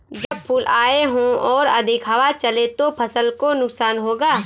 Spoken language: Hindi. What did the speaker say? जब फूल आए हों और अधिक हवा चले तो फसल को नुकसान होगा?